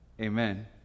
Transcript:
Amen